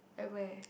at where